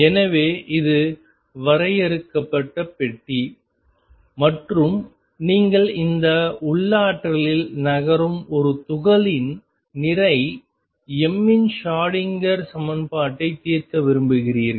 எனவே இது வரையறுக்கப்பட்ட பெட்டி மற்றும் நீங்கள் இந்த உள்ளாற்றலில் நகரும் ஒரு துகளின் நிறை m இன் ஷ்ரோடிங்கர் சமன்பாட்டை தீர்க்க விரும்புகிறீர்கள்